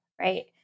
right